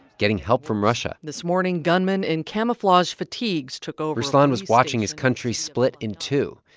getting help from russia this morning, gunmen in camouflage fatigues took over. ruslan was watching his country split in two,